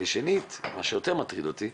ודבר שני שמטריד אותי,